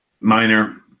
Minor